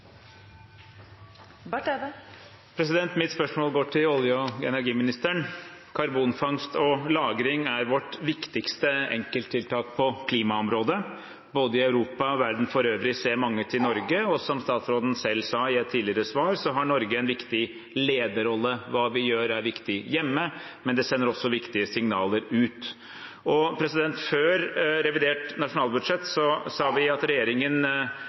Mitt spørsmål går til olje- og energiministeren. Karbonfangst og -lagring er vårt viktigste enkelttiltak på klimaområdet. Både i Europa og i verden for øvrig ser mange til Norge, og som statsråden selv sa i et tidligere svar, har Norge en viktig lederrolle. Hva vi gjør, er viktig hjemme, men det sender også viktige signaler ut. Før revidert nasjonalbudsjett sa vi at regjeringen